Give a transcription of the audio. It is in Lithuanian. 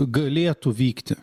galėtų vykti